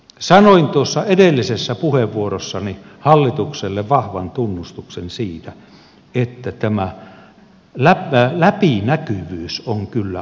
sanoin tuossa edellisessä puheenvuorossani hallitukselle vahvan tunnustuksen siitä että tämä läpinäkyvyys on kyllä ollut kiitettävä